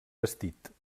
vestit